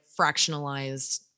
fractionalized